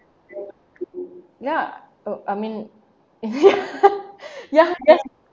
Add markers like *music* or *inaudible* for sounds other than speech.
ya oh I mean ya *laughs* ya ya